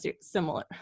similar